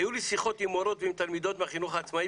היו לי שיחות עם מורות ותלמידות בחינוך העצמאי